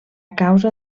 causa